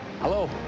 Hello